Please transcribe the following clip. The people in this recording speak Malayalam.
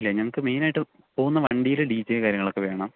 ഇല്ല ഞങ്ങൾക്ക് മെയിനായിട്ടും പോകുന്ന വണ്ടീന്റെ ഡീറ്റെയിലും കാര്യങ്ങളൊക്കെ വേണം